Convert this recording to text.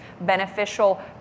beneficial